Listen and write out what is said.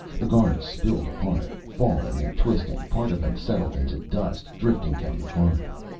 the guards spilled apart, falling and twisting. part of them settled into dust, drifting down the corridor.